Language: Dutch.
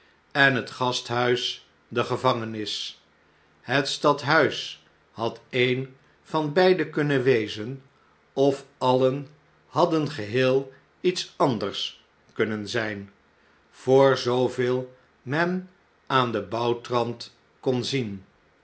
en het gasthuis de gevangenis het stadhuis had een van beide kunnen wezen of alien hadden geheel iets anders kunnen zijn voor zooveel men aan den bouwtrant kon zien